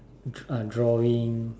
dr~ uh drawing